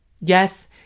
yes